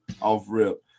off-rip